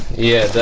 yeah,